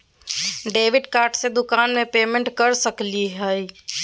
Debit card से दुकान में पेमेंट कर सकली हई?